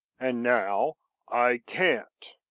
and now i can't.